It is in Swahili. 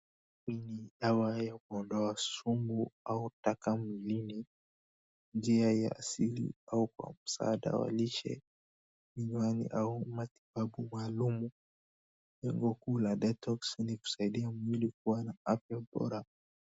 Hii ni dawa ya kuondoa sumu au taka mwilini, njia ya asili au kwa msaada wa lishe, imani au matibabu maalum. Lengo kuu la DETOX ni kusaidia mwili kuwa na afya bora.